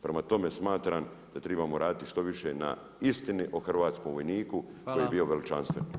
Prema tome smatram, da trebamo raditi što više na istini o hrvatskom vojniku koji je bio veličanstven.